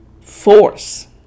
force